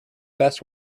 best